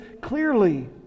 clearly